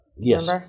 Yes